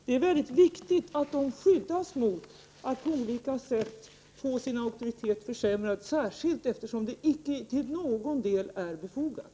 Det är väldigt viktigt att de skyddas mot att på olika sätt få sin auktoritet försämrad, särskilt eftersom det icke till någon del är befogat.